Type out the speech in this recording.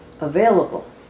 available